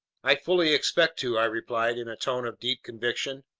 i fully expect to! i replied in a tone of deep conviction.